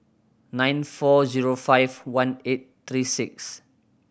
nine four zero five one eight three six